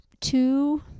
two